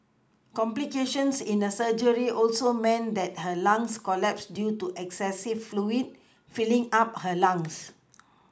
complications in her surgery also meant that her lungs collapsed due to excessive fluids filling up her lungs